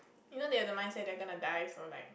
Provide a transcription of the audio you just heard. you know they have the mindset they are gonna die so like